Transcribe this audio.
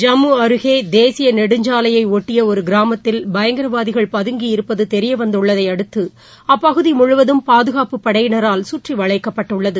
ஜம்மு அருகே தேசிய நெடுஞ்சாலையை ஒட்டிய ஒரு கிராமத்தில் பயங்கரவாதிகள் பதங்கி இருப்பது தெரியவந்துள்ளதையடுத்து அப்பகுதி முழுவதும் பாதுகாப்பு படையினரால் சுற்றி வளைக்கப்பட்டுள்ளது